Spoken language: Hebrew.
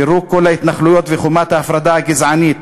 פירוק כל ההתנחלויות וחומת ההפרדה הגזענית,